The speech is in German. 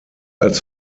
als